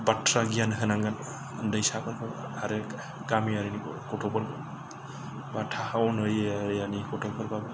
बाथ्रा गियान होनांगोन उन्दैसाफोरखौ आरो गामियारिनि गथ'फोर बा टाउन एरियानि गथ'फोरबाबो